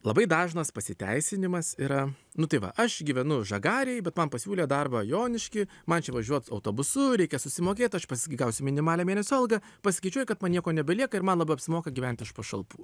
labai dažnas pasiteisinimas yra nu tai va aš gyvenu žagarėj bet man pasiūlė darbą jonišky man čia važiuot autobusu reikia susimokėt aš pats gi gausiu minimalią mėnesio algą pasiskaičiuoja kad man nieko nebelieka ir man labiau apsimoka gyvent iš pašalpų